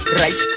right